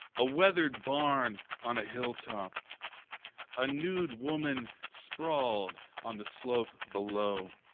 a weathered barn on a hilltop a nude woman sprawled on the slope below.